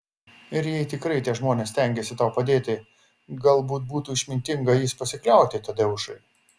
ir jei tikrai tie žmonės stengiasi tau padėti galbūt būtų išmintinga jais pasikliauti tadeušai